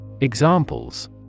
Examples